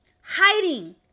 Hiding